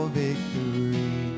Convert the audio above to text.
victory